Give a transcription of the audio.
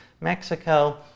Mexico